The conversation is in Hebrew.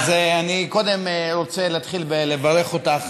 קודם כול אני רוצה להתחיל בלברך אותך